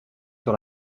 sur